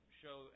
show